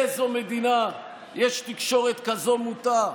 באיזו מדינה יש תקשורת כזאת מוטה,